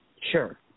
sure